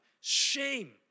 Shame